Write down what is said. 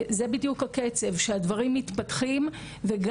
אני רוצה להגיד משהו על הסרת פרסום ותוכן פוגעני,